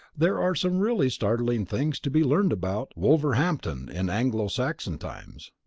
there are some really startling things to be learned about wolverhampton in anglo-saxon times.